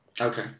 Okay